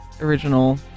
original